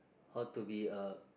how to be a